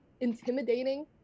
intimidating